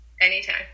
Anytime